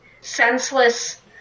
senseless